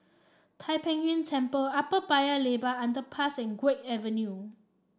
Tai Pei Yuen Temple Upper Paya Lebar Underpass and Guok Avenue